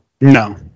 No